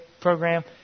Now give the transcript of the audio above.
program